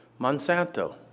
Monsanto